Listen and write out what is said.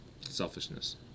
selfishness